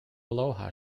aloha